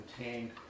contained